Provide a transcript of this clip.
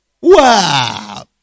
Wow